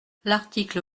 l’article